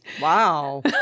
Wow